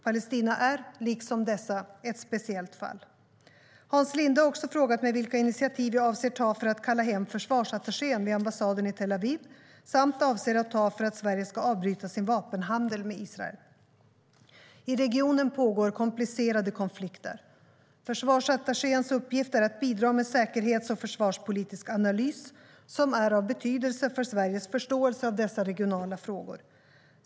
Palestina är, liksom dessa, ett speciellt fall. Hans Linde har också frågat mig vilka initiativ jag avser att ta för att kalla hem försvarsattachén vid ambassaden i Tel Aviv samt avser att ta för att Sverige ska avbryta sin vapenhandel med Israel. I regionen pågår komplicerade konflikter. Försvarsattachéns uppgift är att bidra med säkerhets och försvarspolitisk analys som är av betydelse för Sveriges förståelse av dessa regionala frågor.